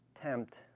tempt